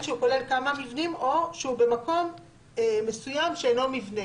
שהוא כולל כמה מבנים" או שהוא במקום מסוים שאינו מבנה.